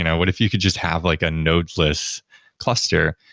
you know what if you could just have like a nodeless cluster?